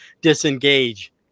disengage